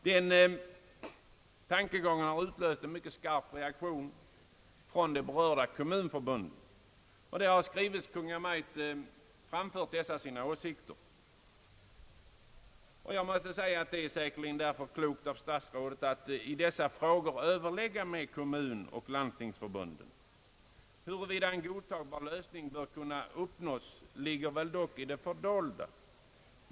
Den tankegången har utlöst en mycket skarp reaktion hos de berörda kommunförbunden. De har i skrivelse till Kungl. Maj:t framfört sina åsikter. Därför är det säkerligen klokt av statsrådet att i dessa frågor överlägga med kommunoch landstingsförbunden. Huruvida en godtagbar lösning bör kunna uppnås ligger väl dock i det fördolda.